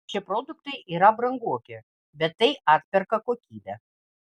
šie produktai yra brangoki bet tai atperka kokybė